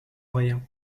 rien